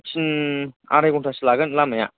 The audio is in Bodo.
तिन आराय घन्टासो लागोन लामाया